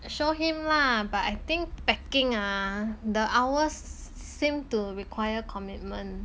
show him lah but I think packing ah the hours seem to require commitment